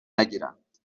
نگیرند